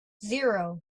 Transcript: zero